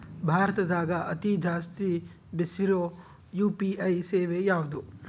ಭಾರತದಗ ಅತಿ ಜಾಸ್ತಿ ಬೆಸಿರೊ ಯು.ಪಿ.ಐ ಸೇವೆ ಯಾವ್ದು?